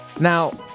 Now